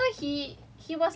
ya and like we started at eight